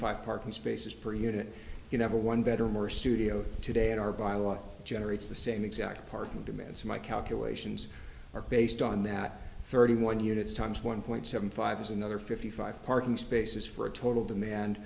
five parking spaces per unit you never one better more studio today are by a lot generates the same exact parking demands my calculations are based on that thirty one units times one point seven five is another fifty five parking spaces for a total demand